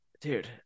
Dude